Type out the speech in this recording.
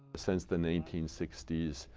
since the nineteen sixty s,